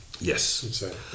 yes